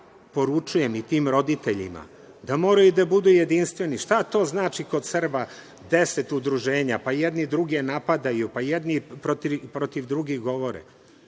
mudri. Poručujem i tim roditeljima da moraju da budu jedinstveni. Šta to znači kod Srba 10 udruženja, pa jedni druge napadaju, pa jedni protiv drugih govore.